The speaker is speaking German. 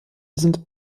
sind